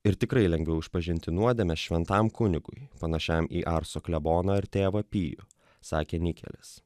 ir tikrai lengviau išpažinti nuodėmes šventam kunigui panašiam į arso kleboną ar tėvą pijų sakė nikelis